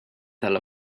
tal